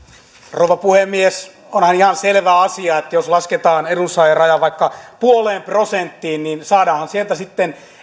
rouva puhemies onhan ihan selvä asia että jos lasketaan edunsaajaraja vaikka puoleen prosenttiin niin saadaanhan sieltä sitten